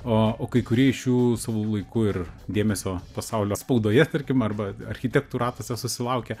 o o kai kurie iš jų savu laiku ir dėmesio pasaulio spaudoje tarkim arba architektų ratuose susilaukė